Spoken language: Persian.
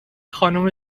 خانم